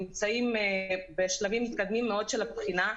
אמנם אנחנו נמצאים בשלבים מתקדמים מאוד של הבחינה,